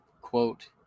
Quote